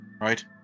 Right